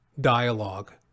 dialogue